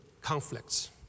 conflicts